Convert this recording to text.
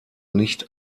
nicht